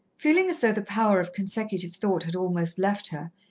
feeling as though the power of consecutive thought had almost left her,